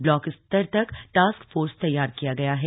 block स्तर तक task force तैयार किया गया है